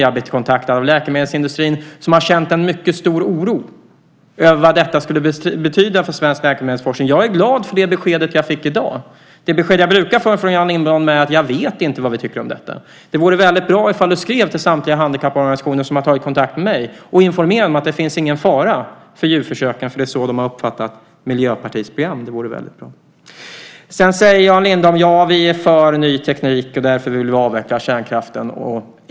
Jag har blivit kontaktad av läkemedelsindustrin som har känt stor oro över vad detta skulle betyda för svensk läkemedelsforskning. Jag är glad för det besked jag fick i dag. Det besked jag brukar få från Jan Lindholm är: Jag vet inte vad vi tycker om detta. Det vore bra om du skrev till samtliga handikapporganisationer som har tagit kontakt med mig och informerade om att det inte finns någon fara för djurförsöken. Det är så de har uppfattat Miljöpartiets program. Jan Lindholm säger: Vi är för ny teknik och därför vill vi avveckla kärnkraften.